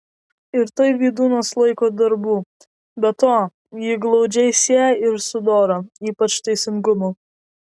ir tai vydūnas laiko darbu be to jį glaudžiai sieja ir su dora ypač teisingumu